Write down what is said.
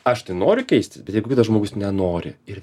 aš tai noriu keistis bet jeigu žmogus nenori ir